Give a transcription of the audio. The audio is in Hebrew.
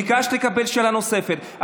ביקשת לקבל שאלה נוספת.